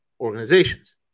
organizations